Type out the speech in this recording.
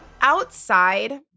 Outside –